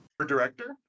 director